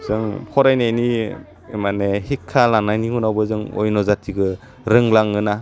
जों फरायनायनि माने हिख्खा लानायनि उनावबो जों अन्य' जाथिखो रोंलाङोना